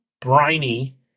briny